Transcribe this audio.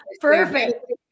Perfect